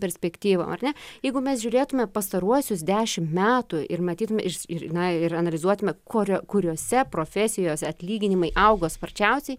perspektyvom ar ne jeigu mes žiūrėtume pastaruosius dešimt metų ir matytume iš ir na ir analizuotume korio kuriose profesijose atlyginimai augo sparčiausiai